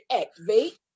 activate